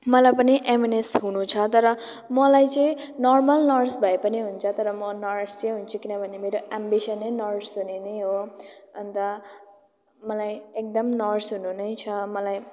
मलाई पनि एमएनएस हुनु छ तर मलाई चाहिँ नर्मल नर्स भए पनि हुन्छ तर म नर्स चाहिँ हुन्छु किनभने मेरो एम्बिसनै नर्स हुने नै हो अन्त मलाई एकदम नर्स हुनु नै छ मलाई